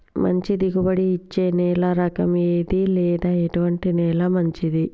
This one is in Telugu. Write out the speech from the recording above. మంచి దిగుబడి ఇచ్చే నేల రకం ఏది లేదా ఎటువంటి నేల మంచిది?